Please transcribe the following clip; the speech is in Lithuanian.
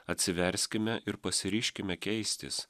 atsiverskime ir pasiryžkime keistis